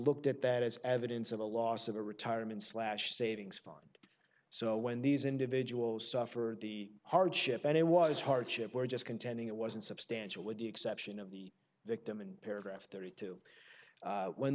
looked at that as evidence of a loss of a retirement slash savings fund so when these individuals suffered the hardship and it was hardship we're just contending it wasn't substantial with the exception of the victim in paragraph thirty two when